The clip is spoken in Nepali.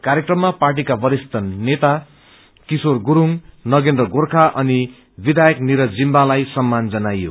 कार्यक्रममा पार्टीका वरिष्ठ नेता किशोर गुरूङ नगेन्द्र गोचर्खा अनि विधायक निरज जिम्बालाई सम्मान जनाइयो